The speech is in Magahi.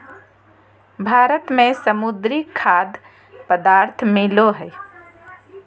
भारत में समुद्री खाद्य पदार्थ मिलो हइ